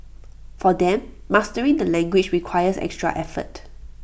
for them mastering the language requires extra effort